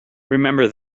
remember